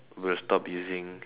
will stop using